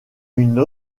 une